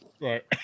Right